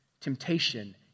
Temptation